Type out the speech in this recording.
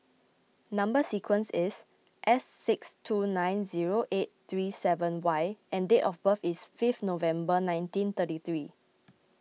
Number Sequence is S six two nine zero eight three seven Y and date of birth is fifteen November nineteen thirty three